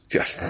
Yes